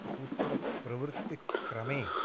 सूत्रप्रवृत्तिक्रमे